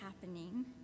happening